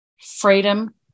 freedom